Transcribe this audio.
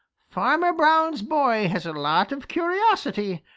farmer brown's boy has a lot of curiosity,